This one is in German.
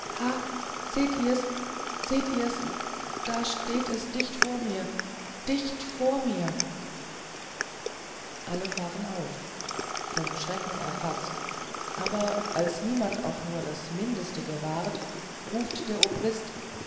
seht ihr's seht ihr's da steht es dicht vor mir dicht vor mir alle fahren auf vom schrecken erfaßt aber als niemand auch nur das mindeste gewahrt ruft der obrist